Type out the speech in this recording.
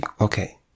Okay